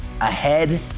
ahead